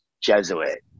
Jesuit